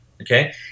okay